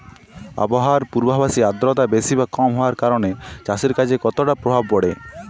আবহাওয়ার পূর্বাভাসে আর্দ্রতা বেশি বা কম হওয়ার কারণে চাষের কাজে কতটা প্রভাব পড়ে?